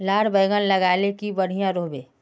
लार बैगन लगाले की बढ़िया रोहबे?